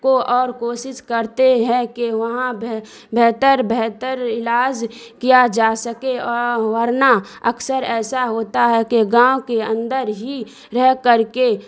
کو اور کوشش کرتے ہیں کہ وہاں بہتر بہتر علاج کیا جا سکے ورنہ اکثر ایسا ہوتا ہے کہ گاؤں کے اندر ہی رہ کر کے